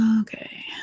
Okay